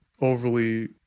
overly